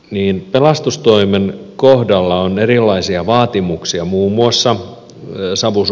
niin pelastustoimen kohdalla on erilaisia vaatimuksia muun muassa myös ammus